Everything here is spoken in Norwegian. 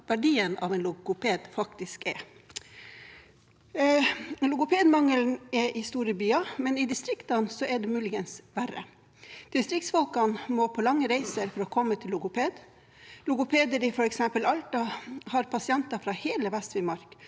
verdien av en logoped faktisk er. Det er logopedmangel i store byer, men i distriktene er det muligens verre. Distriktsfolkene må på lange reiser for å komme til logoped. Logopeder i f.eks. Alta har pasienter fra hele Vest-Finnmark